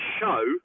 show